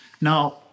Now